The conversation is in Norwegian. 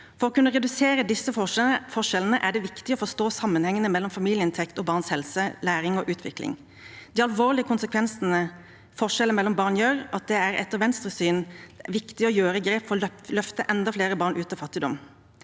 For å kunne redusere disse forskjellene er det viktig å forstå sammenhengene mellom familieinntekt og barns helse, læring og utvikling. De alvorlige konsekvensene av forskjeller mellom barn, gjør at det etter Venstres syn er viktig å ta grep for å løfte enda flere barn ut av fattigdom.